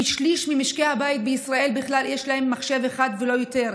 כשליש ממשקי הבית בישראל בכלל יש להם מחשב אחד ולא יותר.